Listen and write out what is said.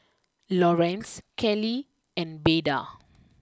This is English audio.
Lorenz Kellie and Beda